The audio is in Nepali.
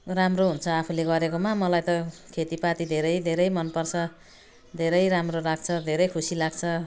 राम्रो हुन्छ आफूले गरेकोमा मलाई त खेतीपाती धेरै धेरै मन पर्छ धेरै राम्रो लाग्छ धेरै खुसी लाग्छ